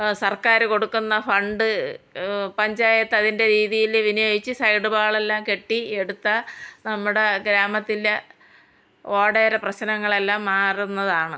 സർക്കാർ കൊടുക്കുന്ന ഫണ്ട് പഞ്ചായത്ത് അതിൻ്റെ രീതിയിൽ വിനിയോഗിച്ച് സൈഡ് ഭാഗങ്ങളെല്ലാം കെട്ടി എടുത്താൽ നമ്മുടെ ഗ്രാമത്തിലെ ഓടയുടെ പ്രശ്നങ്ങളെല്ലാം മാറുന്നതാണ്